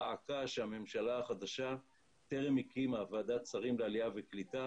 הממשלה החדשה טרם הקימה ועדת שרים לעלייה וקליטה